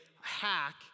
hack